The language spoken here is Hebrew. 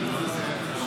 יש שם חילופים כל הזמן.